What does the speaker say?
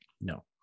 No